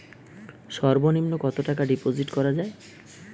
সর্ব নিম্ন কতটাকা ডিপোজিট করা য়ায়?